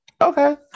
Okay